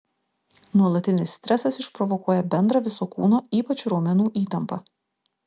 nuolatinis stresas išprovokuoja bendrą viso kūno ypač raumenų įtampą